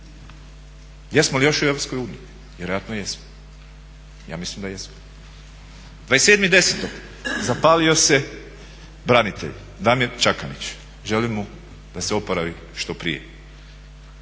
Jesmo li još u EU? Vjerojatno jesmo, ja mislim da jesmo. 27.10. zapalio se branitelj Damir Čakanić, želim mu da se oporavi što prije.